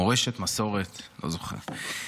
מורשת, מסורת, לא זוכר.